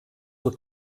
were